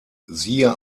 siehe